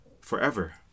forever